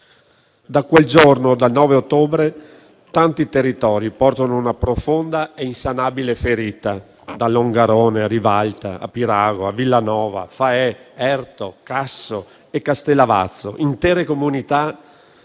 Da quel giorno, dal 9 ottobre, tanti territori portano una profonda e insanabile ferita, da Longarone a Rivalta, da Pirago a Villanova, Faè, Erto, Casso e Castellavazzo: intere comunità